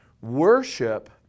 Worship